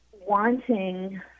wanting